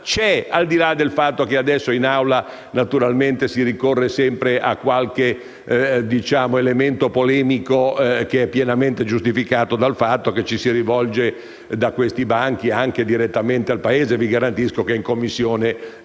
c'è, al di là del fatto che adesso in Aula si ricorra sempre a qualche elemento polemico, che è pienamente giustificato dal fatto che ci si rivolge da questi banchi anche direttamente al Paese. Vi garantisco che in Commissione